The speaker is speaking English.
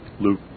Luke